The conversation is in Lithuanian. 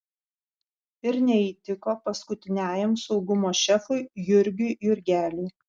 ir neįtiko paskutiniajam saugumo šefui jurgiui jurgeliui